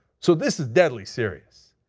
so this is deadly serious.